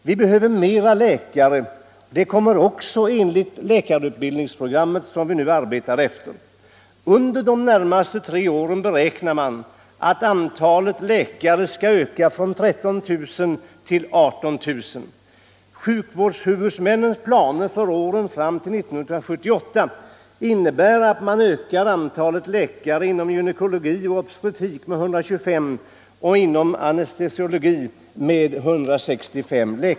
Vi behöver även fler läkare, och det kommer vi att få enligt det läkarutbildningsprogram som vi nu arbetar efter. Man beräknar att antalet läkare under de närmaste tre åren kommer att öka från 13 000 till 18 000. Sjukvårdshuvudmännens planer för åren fram till 1978 innebär att man ökar antalet läkare inom gynekologi och obstetrik med 125 och inom anestesiologin med 165.